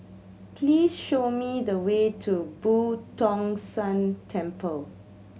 please show me the way to Boo Tong San Temple